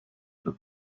for